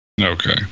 Okay